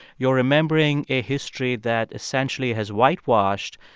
you're remembering a history that essentially has whitewashed,